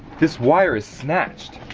this wire is snatched.